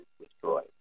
destroyed